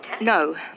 No